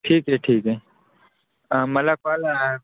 ठीक आहे ठीक आहे मला कॉल आ